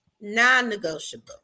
non-negotiable